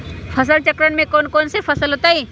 फसल चक्रण में कौन कौन फसल हो ताई?